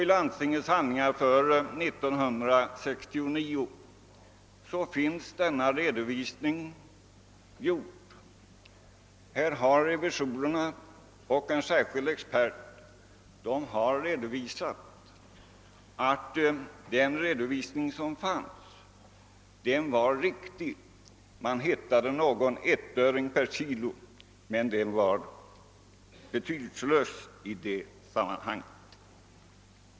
I landstingets handlingar för år 1969 finns denna redovisning, och där har revisorerna och en särskild expert förklarat att den gjorda redovisningen var riktig. Man hittade någon ettöring per kilo men det var betydelselöst i sammanhanget.